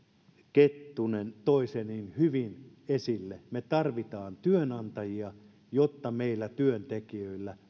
kettunen toi sen niin hyvin esille me tarvitsemme työnantajia jotta työntekijöillä